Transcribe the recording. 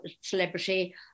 celebrity